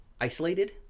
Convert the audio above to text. isolated